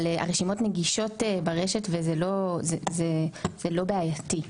אבל הרשימות נגישות ברשת וזה לא, זה לא בעייתי.